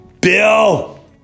Bill